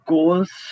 Goals